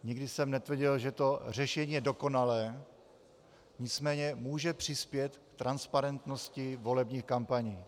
Nikdy jsem netvrdil, že to řešení je dokonalé, nicméně může přispět k transparentnosti volebních kampaní.